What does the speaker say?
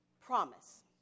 promise